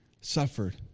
suffered